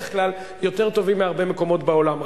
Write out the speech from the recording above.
כלל יותר טובים מהרבה מקומות בעולם.